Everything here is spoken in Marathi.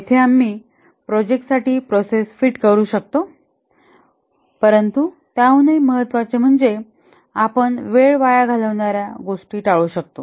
येथे आम्ही प्रोजेक्टसाठी प्रोसेस फिट करू शकतो परंतु त्याहूनही महत्त्वाचे म्हणजे आपण वेळ वाया घालवणाऱ्या गोष्टी टाळू शकतो